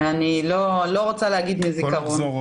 אני לא רוצה לומר מהזיכרון.